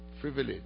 privilege